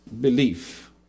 belief